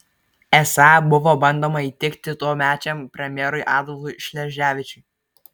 esą buvo bandoma įtikti tuomečiam premjerui adolfui šleževičiui